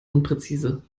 unpräzise